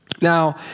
Now